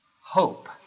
hope